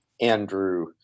Andrew